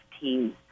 teams